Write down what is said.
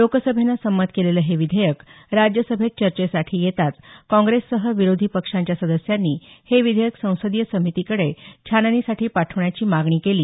लोकसभेनं संमत केलेलं हे विधेयक राज्यसभेत चर्चेसाठी येताच काँग्रेससह विरोधी पक्षांच्या सदस्यांनी हे विधेयक संसदीय समितीकडे छाननीसाठी पाठवण्याची मागणी केली